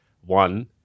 one